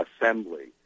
assembly